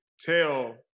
tell